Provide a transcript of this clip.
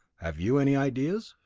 have you any ideas?